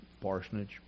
parsonage